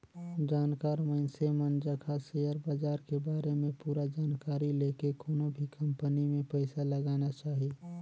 जानकार मइनसे मन जघा सेयर बाजार के बारे में पूरा जानकारी लेके कोनो भी कंपनी मे पइसा लगाना चाही